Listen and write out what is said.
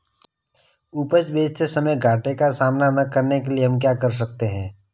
उपज बेचते समय घाटे का सामना न करने के लिए हम क्या कर सकते हैं?